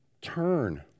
turn